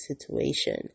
situation